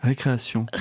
Récréation